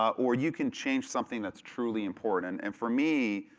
or you can change something that's truly important. and for me,